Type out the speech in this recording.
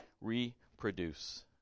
reproduce